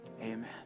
Amen